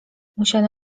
musiano